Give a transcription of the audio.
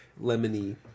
lemony